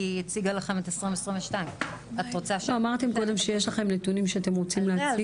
כי היא הציגה לכם את 2022. אמרתם קודם שיש לכם נתונים שאתם רוצים להציג?